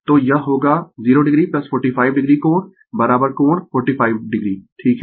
तो यह होगा 0 o 45 o कोण कोण 45 o ठीक है